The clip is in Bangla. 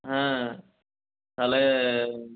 হ্যাঁ তাহলে